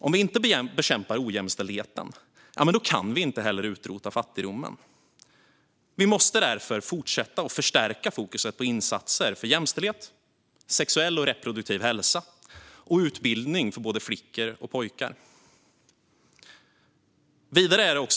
Om vi inte bekämpar ojämställdheten kan vi heller inte utrota fattigdomen. Vi måste därför fortsätta och förstärka fokuset på insatser för jämställdhet, sexuell och reproduktiv hälsa och utbildning för både flickor och pojkar.